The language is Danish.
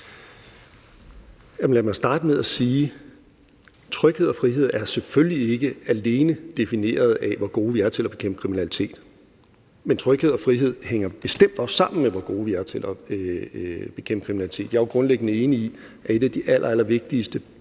Lad mig starte med at sige, at tryghed og frihed selvfølgelig ikke alene er defineret af, hvor gode vi er til at bekæmpe kriminalitet. Men tryghed og frihed hænger bestemt også sammen med, hvor gode vi er til at bekæmpe kriminalitet. Jeg er jo grundlæggende enig i, at en af de allerallervigtigste